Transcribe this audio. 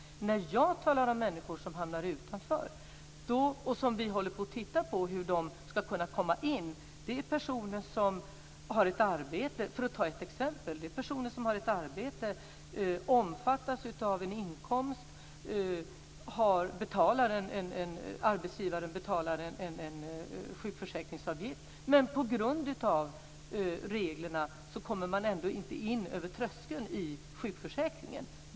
När jag talar om människor som hamnar utanför, och som vi håller på att titta på hur de ska kunna komma in, gäller det för att ta ett exempel personer som har ett arbete, som omfattas av en inkomst och där arbetsgivaren betalar en sjukförsäkringsavgift men som på grund av reglerna ändå inte kommer in över tröskeln i sjukförsäkringen.